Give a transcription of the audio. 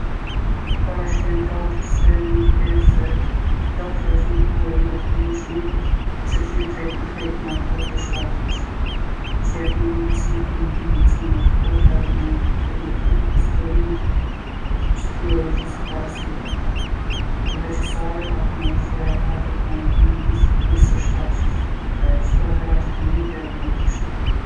Ma përpara shkoj n'teatër se n'operë se teatri osht ni përvojë e mrekullushme, se t'lidhë drejtpërdrejtë me aktortë e shfaqjes. T'jep ni mundsi me ndje emocione t'forta edhe me përjetu histori që t'ndodhin kshtu si para syve. Perveç ksaj, atmosfera e teatrit t'bon edhe mu ndi si pjesë e shfaqjes. E çdo herë osht unike edhe ndryshe.